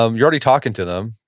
um you're already talking to them,